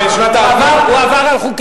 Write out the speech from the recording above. בשנת העלייה.